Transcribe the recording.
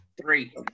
Three